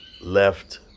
left